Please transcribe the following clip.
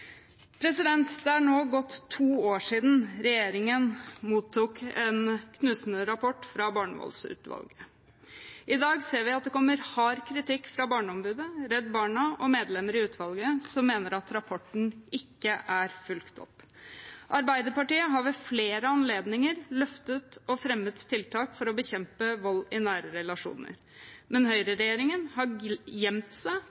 Det er nå gått to år siden regjeringen mottok en knusende rapport fra barnevoldsutvalget. I dag ser vi at det kommer hard kritikk fra Barneombudet, Redd Barna og medlemmer i utvalget som mener at rapporten ikke er fulgt opp. Arbeiderpartiet har ved flere anledninger løftet og fremmet tiltak for å bekjempe vold i nære relasjoner, men høyreregjeringen har gjemt seg